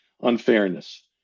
unfairness